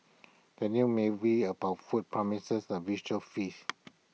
the new movie about food promises A visual feast